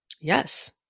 Yes